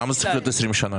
למה זה צריך להיות 20 שנה?